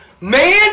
Man